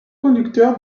conducteur